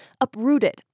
Uprooted